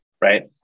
right